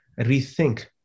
rethink